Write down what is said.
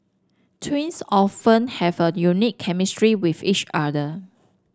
twins often have a unique chemistry with each other